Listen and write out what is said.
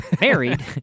married